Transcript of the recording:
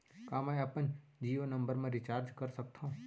का मैं अपन जीयो नंबर म रिचार्ज कर सकथव?